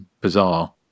bizarre